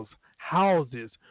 houses